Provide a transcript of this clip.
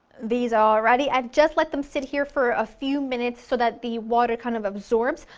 these are ready, i've just let them sit here for a few minutes so that the water kind of absorbs,